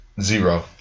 zero